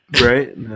Right